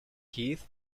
keith